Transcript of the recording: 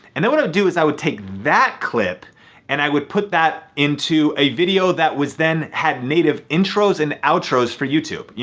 and then what i would do is i would take that clip and i would put that into a video that was then had native intros and outros for youtube. yeah